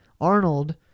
Arnold